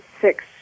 six